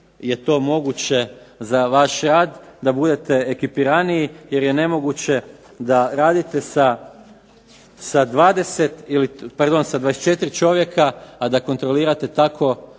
je to moguće za vaš rad da budete ekipiraniji jer je nemoguće da radite sa 24 čovjeka, a da kontrolirate tako